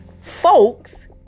folks